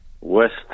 west